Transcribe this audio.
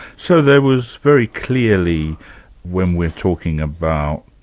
so there was very clearly when we're talking about